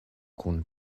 kun